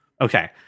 Okay